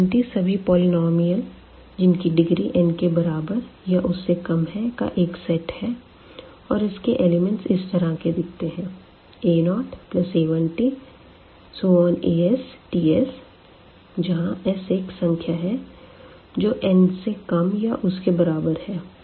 Pn सभी polynomial जिनकी degree n के बराबर या उससे कम है का एक सेट है और इसके एलिमेंट्स इस तरह के दिखते हैं a0a1tastsजहां s एक संख्या है जो n से कम या उसके बराबर है